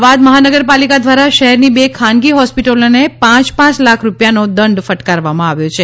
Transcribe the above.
અમદાવાદ મહાનગર પાલિકા દ્વારા શહેરની બે ખાનગી હોસ્પિટલોને પાંચ પાંચ લાખ રૂપિયાનો દંડ ફટકારવામાં આવ્યો છે